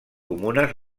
comunes